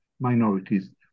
minorities